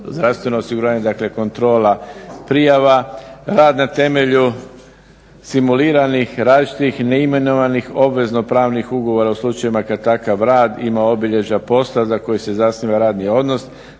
zdravstveno stanje, dakle kontrola prijava. Rad na temelju simuliranih, različitih, neimenovanih, obvezno-pravnih ugovora u slučajevima kada takav rad ima obilježja posla za koji se zasniva radni odnos,